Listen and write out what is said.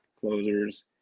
closers